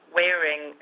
wearing